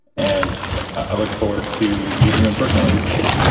and i look forward to meeting you in person one of these days.